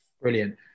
Brilliant